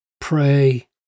pray